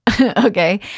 okay